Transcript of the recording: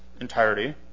entirety